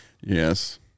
Yes